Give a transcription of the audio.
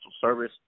Service